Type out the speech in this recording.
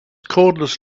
cordless